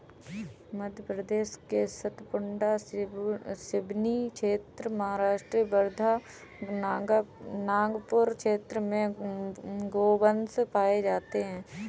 मध्य प्रदेश के सतपुड़ा, सिवनी क्षेत्र, महाराष्ट्र वर्धा, नागपुर क्षेत्र में गोवंश पाये जाते हैं